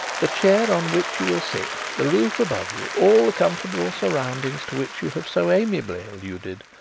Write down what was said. the chair on which you will sit, the roof above you, all the comfortable surroundings to which you have so amiably alluded,